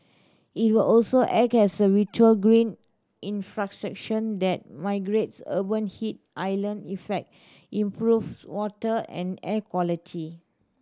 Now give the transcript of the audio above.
it will also act as a vital green that mitigates urban heat island effect improves water and air quality